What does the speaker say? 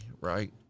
right